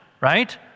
right